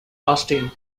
austin